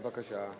בבקשה.